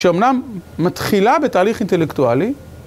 שאומנם מתחילה בתהליך אינטלקטואלי.